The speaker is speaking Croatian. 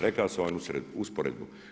Reka sam vam usporedbu.